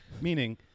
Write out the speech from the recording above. Meaning